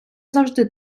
завжди